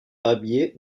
rabier